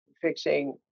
fixing